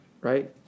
right